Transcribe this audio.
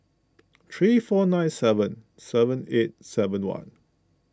three four nine seven seven eight seven one